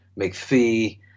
McPhee